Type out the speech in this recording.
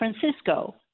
Francisco